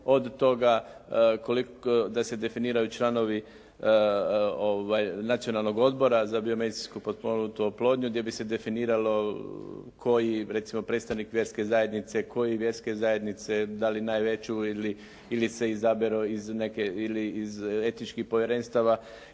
od toga da se definiraju članovi nacionalnog odbora za biomedicinsku potpomognutu oplodnju gdje bi se definiralo koji recimo predstavnik vjerske zajednice, koje vjerske zajednice? Da li najveću ili se izaberu iz neke ili iz etičkih povjerenstava?